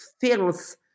feels